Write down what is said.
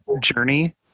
journey